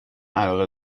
علاقه